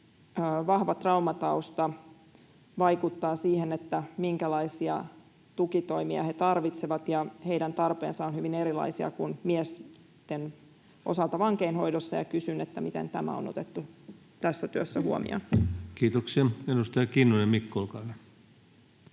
vahva traumatausta vaikuttaa siihen, minkälaisia tukitoimia he tarvitsevat, ja heidän tarpeensa ovat hyvin erilaisia kuin miesten osalta vankeinhoidossa. Kysyn: miten tämä on otettu tässä työssä huomioon? [Speech 204] Speaker: Ensimmäinen